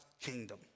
kingdom